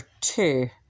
two